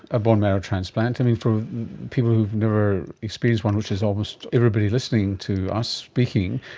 a bone marrow transplant. and and for people who have never experienced one, which is almost everybody listening to us speaking,